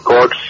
God